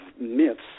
myths